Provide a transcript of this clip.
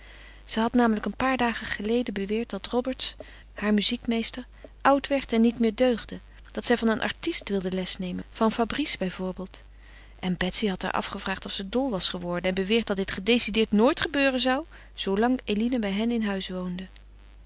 zij had namelijk een paar dagen geleden beweerd dat roberts haar muziekmeester oud werd en niet meer deugde dat zij van een artist wilde les nemen van fabrice bijvoorbeeld en betsy had haar afgevraagd of ze dol was geworden en beweerd dat dit gedecideerd nooit gebeuren zou zoolang eline bij hen in huis woonde